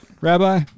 Rabbi